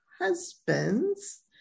husbands